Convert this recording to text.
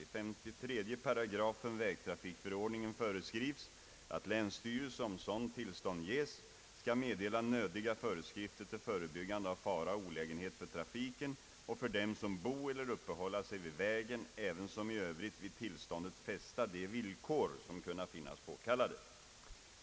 I 53 8 vägtrafikförordningen föreskrivs, att länsstyrelse — om sådant tillstånd ges — skall »meddela nödiga föreskrifter till förebyggande av fara och olägenhet för trafiken och för dem, som bo eller uppehålla sig vid vägen, ävensom i övrigt vid tillståndet fästa de villkor, som kunna finnas påkallade».